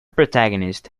protagonist